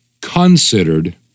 considered